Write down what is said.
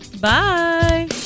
Bye